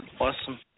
Awesome